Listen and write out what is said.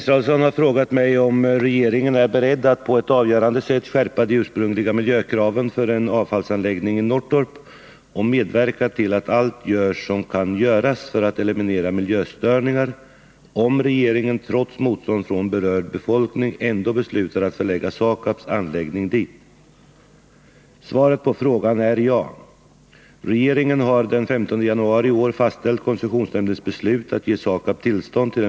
Regeringen har att, inom någon vecka, avgöra frågan om lokalisering av SAKAB:s anläggning för konvertering av miljöfarligt avfall. Den enda plats som nu synes vara kvar, sedan koncessionsnämnden för miljöskydd valt bort Kramfors, är Norrtorp i Kumla kommun i Örebro län. Den lokaliseringen har överklagats av naturvårdsverket. Det borde därför finnas anledning att väsentligt skärpa miljökraven jämfört med dem som ställdes i koncessionsnämndens tillstånd för lokalisering till Norrtorp.